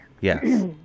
Yes